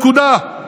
נקודה.